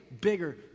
bigger